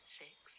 six